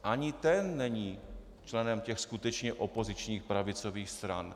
Ani ten není členem skutečně opozičních pravicových stran.